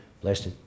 blessed